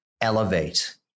elevate